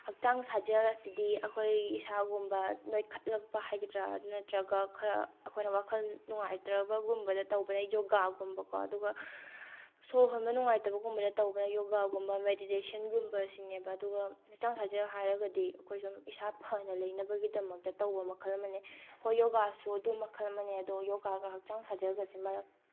ꯍꯛꯆꯥꯡ ꯁꯥꯖꯦꯜ ꯑꯁꯤꯗꯤ ꯑꯩꯈꯣꯏ ꯏꯁꯥꯒꯨꯝꯕ ꯅꯣꯏꯈꯠꯂꯛꯄ ꯍꯥꯏꯒꯗ꯭ꯔꯥ ꯑꯗꯨ ꯅꯠꯇ꯭ꯔꯒ ꯈꯔ ꯑꯩꯈꯣꯏꯅ ꯋꯥꯈꯜ ꯅꯨꯡꯉꯥꯏꯇ꯭ꯔꯕꯒꯨꯝꯕꯗ ꯇꯧꯕꯗ ꯌꯣꯒꯥꯒꯨꯝꯕꯀꯣ ꯑꯗꯨꯒ ꯁꯣꯔ ꯍꯣꯟꯕ ꯅꯨꯡꯉꯥꯏꯇꯕꯒꯨꯝꯕꯗ ꯇꯧꯕꯅ ꯌꯣꯒꯥꯒꯨꯝꯕ ꯃꯦꯗꯤꯇꯦꯁꯟꯒꯨꯝꯕꯁꯤꯅꯦꯕ ꯑꯗꯨꯒ ꯍꯛꯆꯥꯡ ꯁꯥꯖꯦꯜ ꯍꯥꯏꯔꯒꯗꯤ ꯑꯩꯈꯣꯏ ꯁꯨꯝ ꯏꯁꯥ ꯐꯅ ꯂꯩꯅꯕꯒꯤꯗꯃꯛꯇ ꯇꯧꯕ ꯃꯈꯜ ꯑꯃꯅꯦ ꯍꯣꯏ ꯌꯣꯒꯥꯁꯨ ꯑꯗꯨ ꯃꯈꯜ ꯑꯃꯅꯦ ꯑꯗꯣ ꯌꯣꯒꯥꯒ ꯍꯛꯆꯥꯡ ꯁꯥꯖꯦꯜꯒꯁꯦ ꯃꯔꯛ